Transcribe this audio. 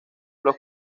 los